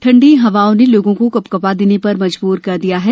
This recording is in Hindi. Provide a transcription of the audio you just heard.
ठंडी हवाओं ने लोगों को कंपकपाने पर मजबूर कर दिया है